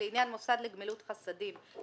לעניין מוסד לגמילות חסדים,